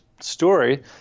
story